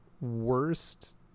worst